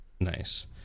Nice